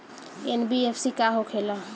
NBFC का होंखे ला?